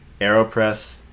Aeropress